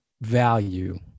value